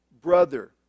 brother